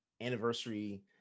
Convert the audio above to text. Anniversary